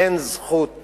אין זכות